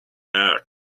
earth